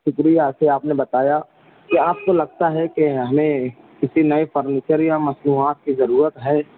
شکریہ کہ آپ نے بتایا کیا آپ کو لگتا ہے کہ ہمیں کسی نئے فرنیچر یا مصنوعات کی ضرورت ہے